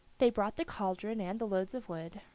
they brought the cauldron and the loads of wood,